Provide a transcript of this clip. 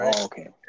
Okay